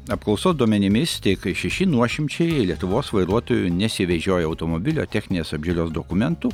apklausos duomenimis tik šeši nuošimčiai lietuvos vairuotojų nesivežioja automobilio techninės apžiūros dokumentų